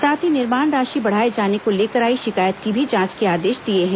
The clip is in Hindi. साथ ही निर्माण राशि बढ़ाए जाने को लेकर आई शिकायत की भी जांच के आदेश दिए हैं